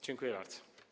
Dziękuję bardzo.